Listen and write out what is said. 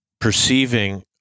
perceiving